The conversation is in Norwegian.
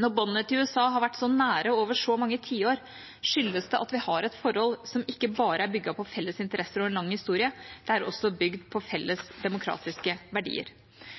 Når båndene til USA har vært så nære over så mange tiår, skyldes det at vi har et forhold som ikke bare er bygd på felles interesser og en lang historie. Det er også bygd på felles demokratiske verdier.